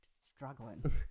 Struggling